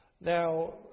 Now